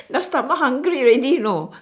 now stomach hungry already you know